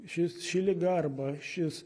šis ši liga arba šis